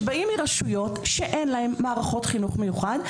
כשבאים מרשויות שאין להן מערכות חינוך מיוחד?